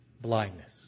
blindness